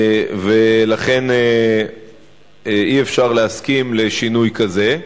ולכן אי-אפשר להסכים לשינוי כזה.